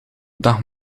dag